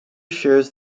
shares